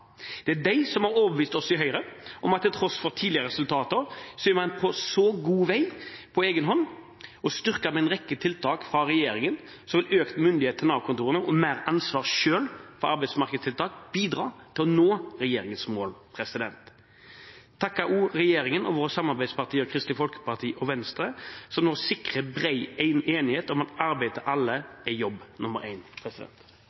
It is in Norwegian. Det er de som har overbevist oss i Høyre om at til tross for tidligere resultater er man på god vei på egen hånd, og – styrket med en rekke tiltak fra regjeringen, som økt myndighet til Nav-kontorene og mer ansvar selv for arbeidsmarkedstiltak – bidrar til å nå regjeringens mål. Jeg takker også regjeringen og våre samarbeidspartier, Kristelig Folkeparti og Venstre, som nå sikrer bred enighet om at arbeid til alle